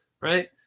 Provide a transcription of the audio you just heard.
right